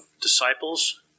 disciples